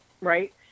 right